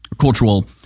cultural